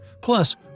Plus